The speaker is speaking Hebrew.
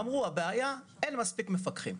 אמרו שהבעיה היא שאין מספיק מפקחים,